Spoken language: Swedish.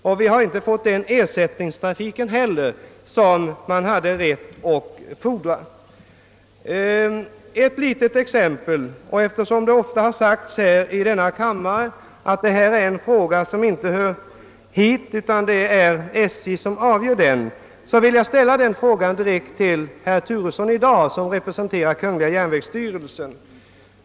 Vi har inte heller fått den ersättningstrafik som vi har rätt att fordra. Inte sällan har det här i kammaren sagts att detta är ett ämne som inte hör under riksdagen utan som skall avgöras av SJ. Därför vill jag ställa en fråga direkt till herr Turesson, som representerar kungl. järnvägsstyrelsen.